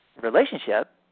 relationship